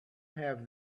have